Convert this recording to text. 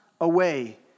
away